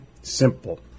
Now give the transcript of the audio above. Simple